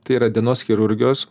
tai yra dienos chirurgijos